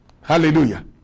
Hallelujah